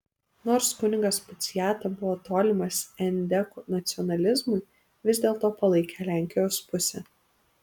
nors kunigas puciata buvo tolimas endekų nacionalizmui vis dėlto palaikė lenkijos pusę